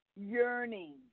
yearning